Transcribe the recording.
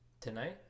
Tonight